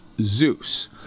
Zeus